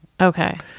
Okay